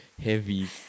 heavy